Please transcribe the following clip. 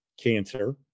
cancer